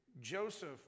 Joseph